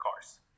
cars